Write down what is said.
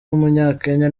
w’umunyakenya